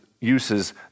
uses